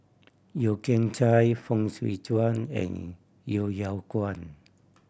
Yeo Kian Chye Fong Swee Suan and Yeo Yeow Kwang